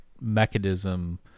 mechanism